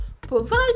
provide